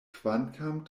kvankam